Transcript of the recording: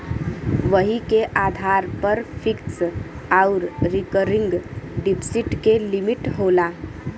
वही के आधार पर फिक्स आउर रीकरिंग डिप्सिट के लिमिट होला